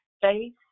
faith